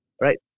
right